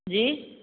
जी